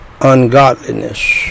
ungodliness